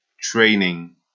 training